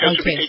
Okay